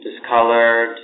discolored